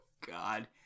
God